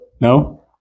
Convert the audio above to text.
No